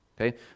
Okay